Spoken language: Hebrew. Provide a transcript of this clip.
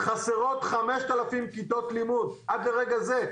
חסרות 5,000 כיתות לימוד, עד לרגע זה.